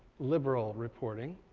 liberal reporting.